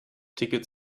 ticket